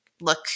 look